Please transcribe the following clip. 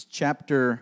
chapter